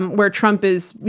and where trump is,